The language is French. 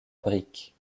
brique